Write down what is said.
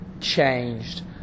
changed